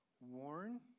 warn